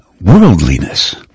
worldliness